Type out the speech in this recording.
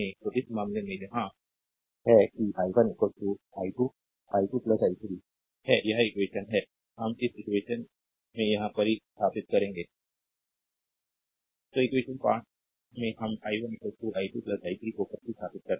तो इस मामले में यहाँ है कि i1 i2 i2 i3 है यह इक्वेशन है हम इस इक्वेशन में वहां प्रतिस्थापित करेंगे स्लाइड टाइम देखें 1306 तो इक्वेशन 5 में हम i1 i2 i3 को प्रतिस्थापित करते हैं